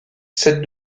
cette